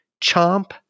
Chomp